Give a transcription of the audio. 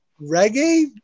reggae